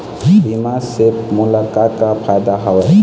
बीमा से मोला का का फायदा हवए?